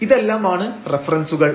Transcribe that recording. ഇതെല്ലാമാണ് റഫറൻസുകൾ